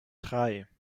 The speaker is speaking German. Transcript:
drei